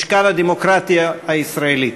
משכן הדמוקרטיה הישראלית.